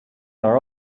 are